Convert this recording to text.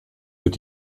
wird